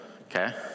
Okay